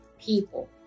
people